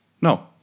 No